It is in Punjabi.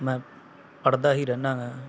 ਮੈਂ ਪੜ੍ਹਦਾ ਹੀ ਰਹਿੰਦਾ ਗਾ